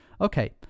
okay